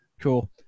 Cool